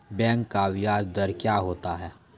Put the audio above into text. Bank का ब्याज दर क्या होता हैं?